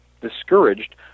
discouraged